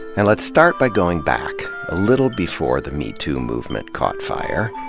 and let's start by going back, a little before the metoo movement caught fire.